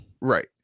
Right